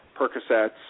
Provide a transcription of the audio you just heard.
Percocets